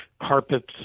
carpets